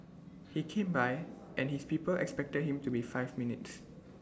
he came by and his people expected him to be five minutes